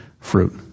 fruit